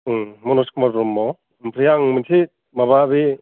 मनस कुमार ब्रह्म ओमफ्राय आं मोनसे माबा बे